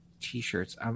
T-shirts